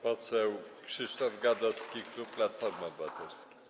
Poseł Krzysztof Gadowski, klub Platformy Obywatelskiej.